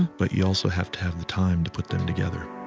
but you also have to have the time to put them together